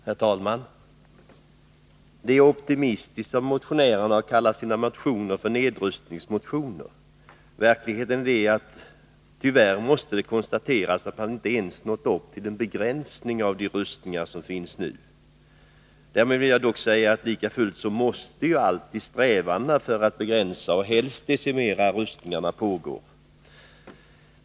Herr talman! Det är optimistiskt av motionärerna att kalla sina motioner för nedrustningsmotioner. Verkligheten är att det tyvärr måste konstateras att man inte ens nått upp till en begränsning av de rustningar som pågår nu. Lika fullt måste alltid strävandena för att begränsa, och helst decimera, rustningarna pågå.